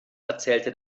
erzählte